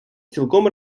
цілком